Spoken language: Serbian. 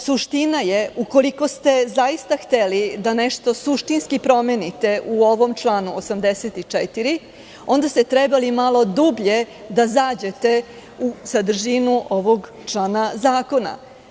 Suština je, ukoliko ste zaista hteli nešto suštinski da promenite u ovom članu 84. onda ste trebali malo dublje da zađete u sadržinu ovog člana zakona.